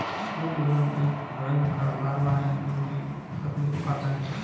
woodworm एक भृंग का लार्वा है जो की लकड़ी को खाता है